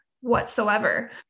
whatsoever